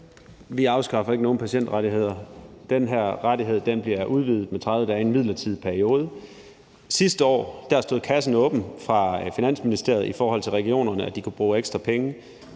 Vi afskaffer ikke nogen patientrettigheder. Den her rettighed bliver udvidet med 30 dage i en midlertidig periode. Sidste år stod kassen åben fra Finansministeriets side i forhold til regionerne og at de kunne bruge ekstra penge.